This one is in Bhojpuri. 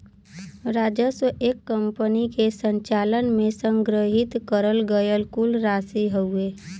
राजस्व एक कंपनी के संचालन में संग्रहित करल गयल कुल राशि हउवे